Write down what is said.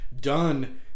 done